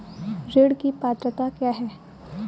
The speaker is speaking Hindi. ऋण की पात्रता क्या है?